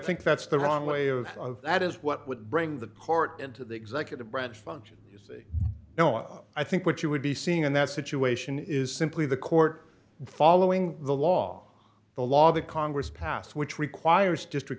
think that's the wrong way of that is what would bring the court into the executive branch functions no i think what you would be seeing in that situation is simply the court following the law the law that congress passed which requires